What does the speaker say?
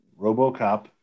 Robocop